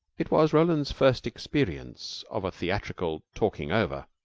it was roland's first experience of a theatrical talking-over,